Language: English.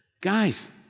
guys